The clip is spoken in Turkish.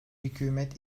hükümet